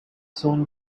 soon